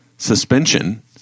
suspension